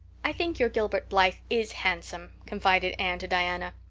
i think your gilbert blythe is handsome, confided anne to diana,